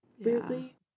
weirdly